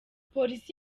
polisi